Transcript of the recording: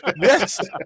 Yes